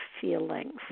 feelings